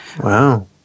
Wow